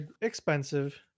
expensive